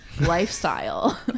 lifestyle